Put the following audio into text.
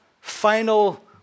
final